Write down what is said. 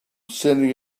sending